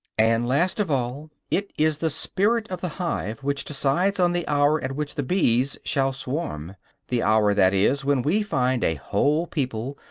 and, last of all, it is the spirit of the hive which decides on the hour at which the bees shall swarm the hour, that is, when we find a whole people,